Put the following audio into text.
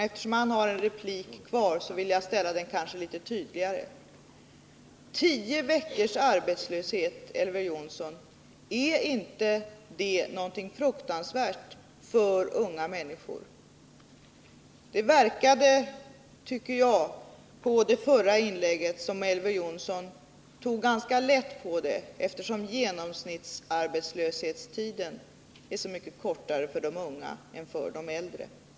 Eftersom han har en replik kvar vill jag ställa frågan litet tydligare: Tio veckors arbetslöshet, Elver Jonsson, är inte det någonting fruktansvärt för en ung människa? Jag tyckte att det av det förra inlägget verkade som om Elver Jonsson tog ganska lätt på detta, eftersom den genomsnittliga arbetslöshetstiden var så mycket kortare för de unga än för de äldre.